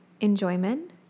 Enjoyment